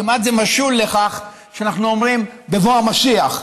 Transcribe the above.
זה כמעט משול לכך שאנחנו אומרים: בבוא המשיח.